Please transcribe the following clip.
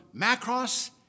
macros